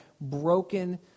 broken